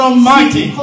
Almighty